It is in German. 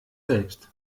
selbst